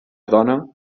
dona